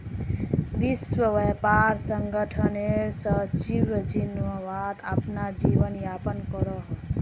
विश्व व्यापार संगठनेर सचिव जेनेवात अपना जीवन यापन करोहो